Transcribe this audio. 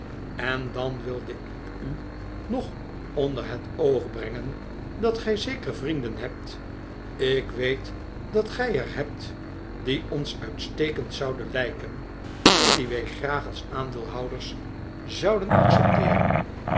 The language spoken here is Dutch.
en dan wilde ik u nog onder het oog brengen dat gij zeker vrienden hebt ik weet dat gij er hebt die ons uitstekend zouden lijken en die wij graag als aandeelhouders zouden accepteeren